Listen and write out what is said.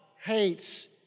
hates